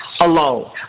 alone